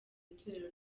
itorero